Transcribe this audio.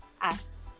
ask